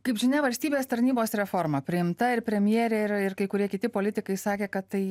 kaip žinia valstybės tarnybos reforma priimta ir premjerė yra ir kai kurie kiti politikai sakė kad tai